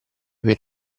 per